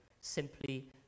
simply